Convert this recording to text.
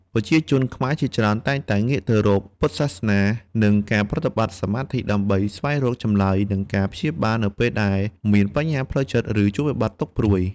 ប្រជាជនខ្មែរជាច្រើនតែងតែងាកទៅរកពុទ្ធសាសនា និងការប្រតិបត្តិសមាធិ ដើម្បីស្វែងរកចម្លើយ និងការព្យាបាលនៅពេលដែលមានបញ្ហាផ្លូវចិត្តឬជួបវិបត្តិទុកព្រួយ។